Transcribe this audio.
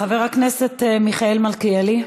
חבר הכנסת מיכאל מלכיאלי,